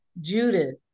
Judith